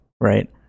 right